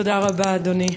תודה רבה, אדוני.